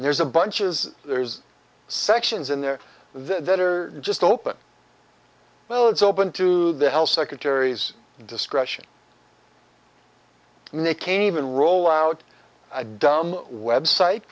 and there's a bunch is there's sections in there that are just open well it's open to the health secretary's discretion and they can even roll out a dumb website